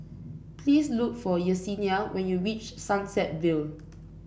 please look for Yessenia when you reach Sunset Vale